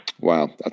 Wow